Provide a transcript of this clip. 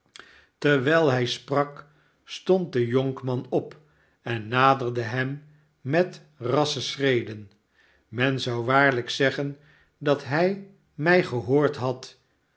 terwijl hij sprak stond de jonkman op en naderde hem met rassche schreden men zou waarlijk zeggen dat hij mij gehoord had